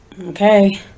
okay